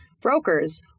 brokers